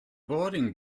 boarding